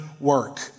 work